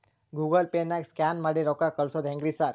Google ಪೇನಾಗ scan ಮಾಡಿ ರೊಕ್ಕಾ ಕಳ್ಸೊದು ಹೆಂಗ್ರಿ ಸಾರ್?